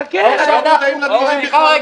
אתה טועה.